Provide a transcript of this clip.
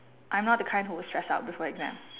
I'm not the kind who will stress out before exam